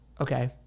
okay